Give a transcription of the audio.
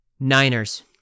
Niners